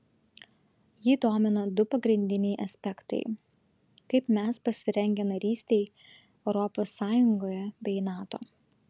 jį domino du pagrindiniai aspektai kaip mes pasirengę narystei europos sąjungoje bei nato